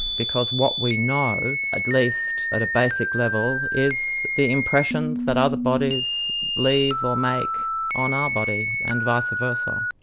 because what we know, at least at a basic level, is the impressions that other bodies leave or make on our body, and vice versa.